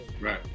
Right